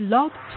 Love